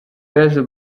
yaje